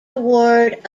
award